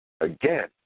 Again